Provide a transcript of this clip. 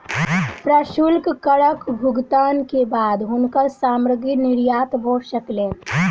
प्रशुल्क करक भुगतान के बाद हुनकर सामग्री निर्यात भ सकलैन